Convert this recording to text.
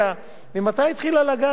ממתי התחילה לגעת באנשים?